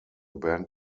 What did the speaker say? band